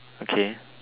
okay